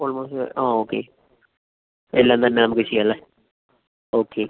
almost ആ okay എല്ലാം തന്നെ നമുക്ക് ചെയ്യാമല്ലേ ഓക്കെ